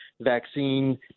vaccine